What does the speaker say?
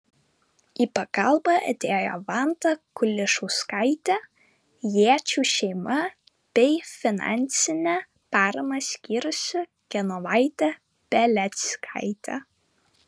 į pagalbą atėjo vanda kulišauskaitė jėčių šeima bei finansinę paramą skyrusi genovaitė beleckaitė